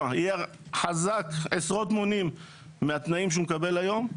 יהיה חזק עשרות מונים מהתנאים שהוא מקבל היום,